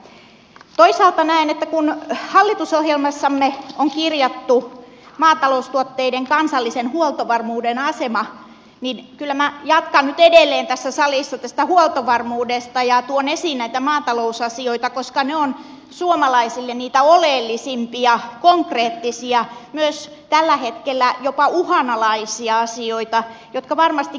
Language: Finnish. toisaalta näen että kun hallitusohjelmaamme on kirjattu maataloustuotteiden kansallisen huoltovarmuuden asema niin kyllä minä jatkan nyt edelleen tässä salissa tästä huoltovarmuudesta ja tuon esiin näitä maatalousasioita koska ne ovat suomalaisille niitä oleellisimpia konkreettisia myös tällä hetkellä jopa uhanalaisia asioita jotka varmasti kiinnostavat